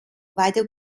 vital